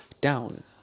down